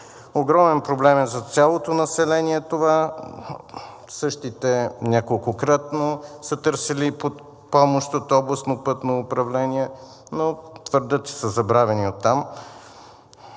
Огромен проблем е за цялото население това. Същите неколкократно са търсили помощ от областното пътно управление, но твърдят, че са забравени оттам.